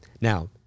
Now